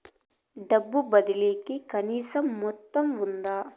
డబ్బు బదిలీ కి కనీస మొత్తం ఉందా?